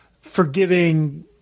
forgiving